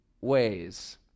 ways